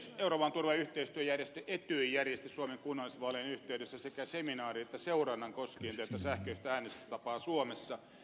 euroopan turva ja yhteistyöjärjestö etyj järjesti suomen kunnallisvaalien yhteydessä sekä seminaarin että seurannan koskien tätä sähköistä äänestystapaa suomessa